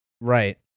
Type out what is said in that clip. Right